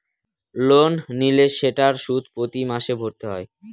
loan নিলে সেটার সুদ প্রতি মাসে ভরতে হয়